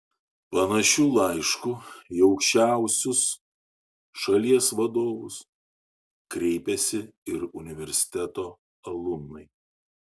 panašiu laišku į aukščiausius šalies vadovus kreipėsi ir universiteto alumnai